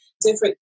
different